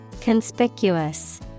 Conspicuous